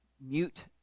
mute